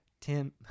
Tim